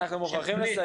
מאמנים.